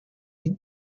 tim